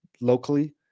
locally